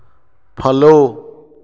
follow